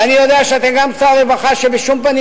ואני יודע שאתה גם שר רווחה שבשום פנים